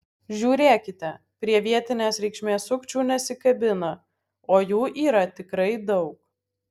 žiūrėkite prie vietinės reikšmės sukčių nesikabina o jų yra tikrai daug